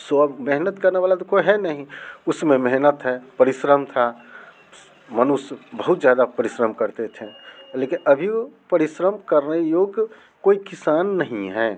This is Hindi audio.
सो अब मेहनत करने वाला तो कोई है नहीं उस में मेहनत है परिश्रम था मनुष्य बहुत ज़्यादा परिश्रम करते थे लेकिन अभी वो परिश्रम करने योग्य कोई किसान नहीं है